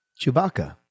Chewbacca